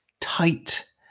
tight